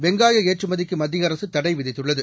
வெங்காய ஏற்றுமதிக்கு மத்திய அரசு தடை விதித்துள்ளது